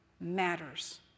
matters